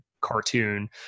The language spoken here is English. cartoon